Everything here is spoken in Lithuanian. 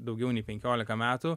daugiau nei penkiolika metų